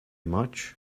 much